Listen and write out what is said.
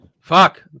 fuck